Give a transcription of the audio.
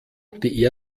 die